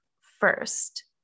first